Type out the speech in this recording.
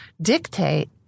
dictate